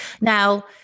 Now